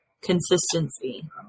consistency